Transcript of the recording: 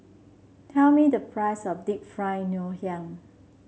tell me the price of Deep Fried Ngoh Hiang